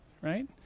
right